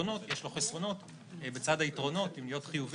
אני חייב